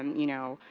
um you know,